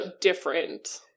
different